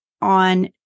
on